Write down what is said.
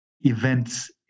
events